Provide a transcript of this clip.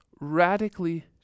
radically